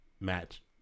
Match